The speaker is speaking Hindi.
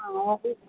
हाँ ऑफिस में